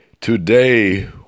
today